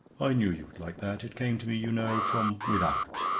i knew you would like that. it came to me, you know, from without.